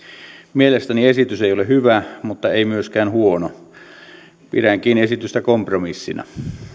mielestäni esitys ei ole hyvä mutta ei myöskään huono pidänkin esitystä kompromissina